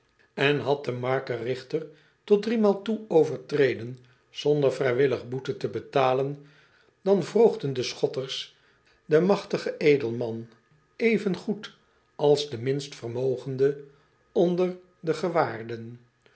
en had de markerigter tot driemaal toe overtreden zonder vrijwillig boete te betalen dan wroogden de schotters den magtigen edelman even goed als den minst vermogende onder de